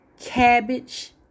cabbage